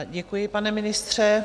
Děkuji, pane ministře.